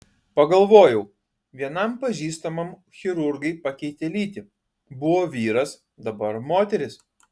pagalvojau vienam pažįstamam chirurgai pakeitė lytį buvo vyras dabar moteris